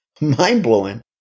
mind-blowing